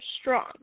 strong